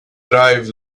drive